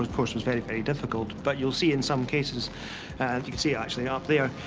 of course, was very, very difficult. but you'll see in some cases and you can see actually up there,